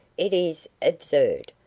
it is absurd.